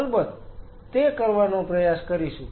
અલબત્ત તે કરવાનો પ્રયાસ કરીશું